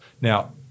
Now